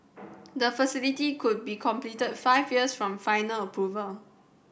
the facility could be completed five years from final approval